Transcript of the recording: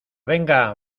venga